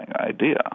idea